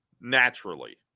naturally